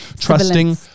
trusting